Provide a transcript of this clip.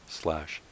slash